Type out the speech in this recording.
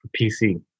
PC